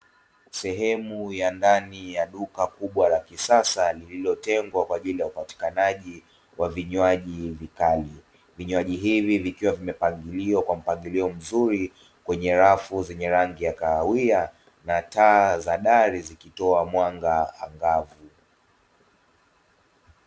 Sehemu ya ndani ya duka kubwa la kisasa lililotengwa kwa ajili ya upatikanaji wa vinywaji vikali, vinywaji hivi vikiwa vimepangiliwa kwenye mpangilio mzuri kwenye rafu zenye rangi ya kahawia, na taa za ndani zikitoa mwanga angavu.